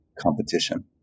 competition